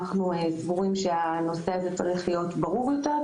אנחנו סבורים שהנושא הזה צריך להיות ברור יותר,